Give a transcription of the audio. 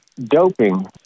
doping